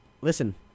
Listen